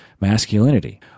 masculinity